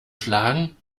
schlagen